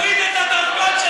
ההצעה להעביר את הצעת חוק הדגל,